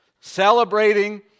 celebrating